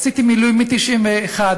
עשיתי מילואים מ-1991,